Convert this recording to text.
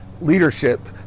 leadership